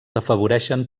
afavoreixen